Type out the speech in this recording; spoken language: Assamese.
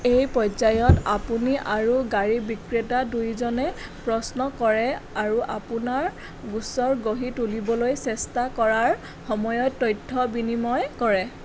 এই পৰ্যায়ত আপুনি আৰু গাড়ী বিক্ৰেতা দুয়োজনে প্ৰশ্ন কৰে আৰু আপোনাৰ গোচৰ গঢ়ি তুলিবলৈ চেষ্টা কৰাৰ সময়ত তথ্য বিনিময় কৰে